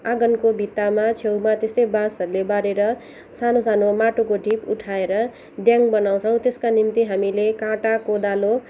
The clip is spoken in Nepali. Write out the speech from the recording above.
आँगनको भित्तामा छेउमा त्यस्तै बाँसहरूले बारेर सानो सानो माटोको ढिप उठाएर ड्याङ्ग बनाउँछौँ त्यसको निम्ति हामीले काँटा कोदालो